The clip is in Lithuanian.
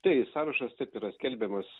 tai sąrašas taip yra skelbiamas